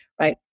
right